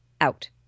out